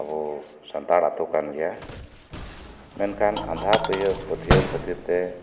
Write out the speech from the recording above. ᱟᱵᱚ ᱥᱟᱱᱛᱟᱲ ᱟᱛᱳ ᱠᱟᱱ ᱜᱮᱭᱟ ᱢᱮᱱᱠᱷᱟᱱ ᱟᱸᱫᱷᱟ ᱯᱟᱹᱛᱭᱟᱹᱣ ᱠᱷᱟᱹᱛᱤᱨ ᱛᱮ